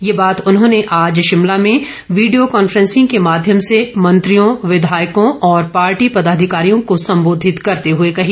ये बात उन्होंने आज शिमला में वीडियो कॉन्फ्रेंसिंग के माध्यम से मंत्रियों विधायकों और पार्टी पदाधिकारियों को संबोधित करते हुए कही